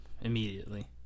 immediately